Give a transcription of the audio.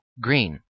green